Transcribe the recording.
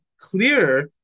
clearer